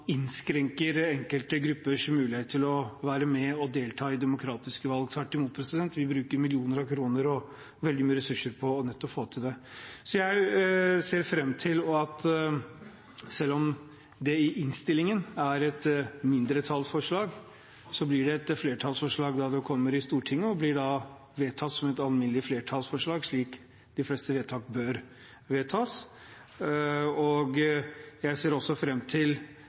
innskrenker enkelte gruppers muligheter til å være med og delta i demokratiske valg. Tvert imot: Vi bruker millioner av kroner og veldig mye ressurser på å få til nettopp det. Selv om det i innstillingen er et mindretallsforslag, blir det et flertallsvedtak når det kommer til Stortinget og blir vedtatt som alminnelig flertallsvedtak, slik de fleste vedtak bør. Jeg ser også fram til